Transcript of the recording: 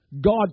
God